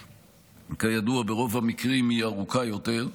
שכידוע ברוב המקרים היא ארוכה יותר,